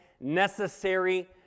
necessary